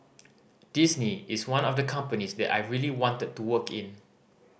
Disney is one of the companies that I really wanted to work in